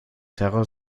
terror